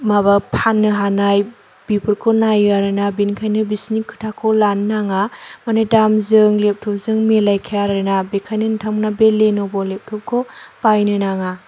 माबा फाननो हानाय बेफोरखौ नायो आरोना बेनिखायनो बिसोरनि खोथाखौ लानो नाङा माने दामजों लेपट'पजों मिलायखाया आरोना बेनिखायनो नोथांमोना बे लेन'भ' लेपट'पखौ बायनो नाङा